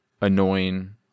annoying